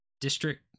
district